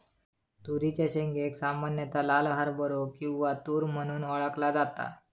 तुरीच्या शेंगेक सामान्यता लाल हरभरो किंवा तुर म्हणून ओळखला जाता